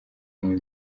kunywa